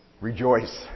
rejoice